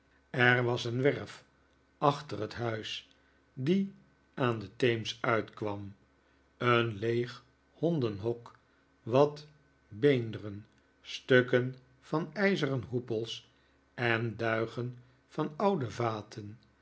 er was een werf achter het huis die aan den theems uitkwam eei leeg hondenhok wat beenderen stukken van ijzeren hoepels en duigen van oude vaten